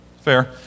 fair